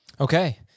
Okay